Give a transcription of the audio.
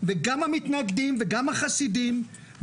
גם המתנגדים וגם החסידים,